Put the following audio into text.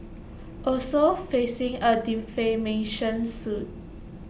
also facing A defamation suit